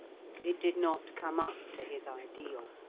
it did not come up to his ideal.